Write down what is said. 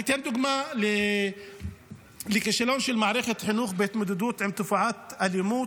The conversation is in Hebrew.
אני אתן דוגמה לכישלון של מערכת החינוך בהתמודדות עם תופעת אלימות,